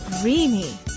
creamy